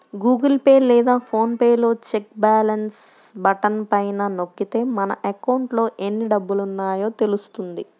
Google Pay లేదా PhonePe లో check balance button పైన నొక్కితే మన అకౌంట్లో ఎన్ని డబ్బులున్నాయో తెలుస్తుంది